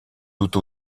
doute